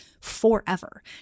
forever